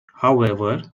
however